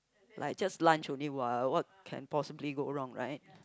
like just lunch only what what can possibly go wrong right